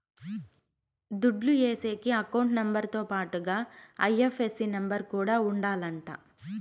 దుడ్లు ఏసేకి account number తో పాటుగా ఐ.ఎఫ్.ఎస్.సి నెంబర్ కూడా ఉండాలంట